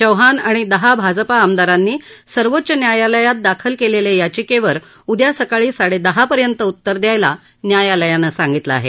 चौहान आणि दहा भाजपा आमदारांनी सर्वोच्च न्यायालयात दाखल केलेल्या याचिकेवर उद्या सकाळी साडे दहा पर्यंत उत्तर देण्यास न्यायालयानं सांगितलं आहे